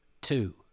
two